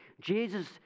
Jesus